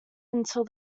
until